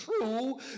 true